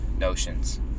notions